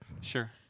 Sure